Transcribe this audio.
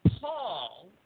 Paul